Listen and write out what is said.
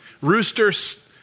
Roosters